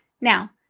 now